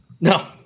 No